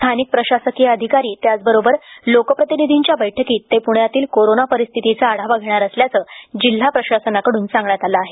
स्थानिक प्रशासकीय अधिकारी त्याचबरोबर लोकप्रतिनिधींच्या बैठकीत ते पुण्यातील कोरोना परिस्थितीचा आढावा घेणार असल्याचं जिल्हा प्रशासनाकडून सांगण्यात आलं आहे